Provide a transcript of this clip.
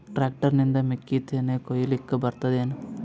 Tractor ನಿಂದ ಮೆಕ್ಕಿತೆನಿ ಕೊಯ್ಯಲಿಕ್ ಬರತದೆನ?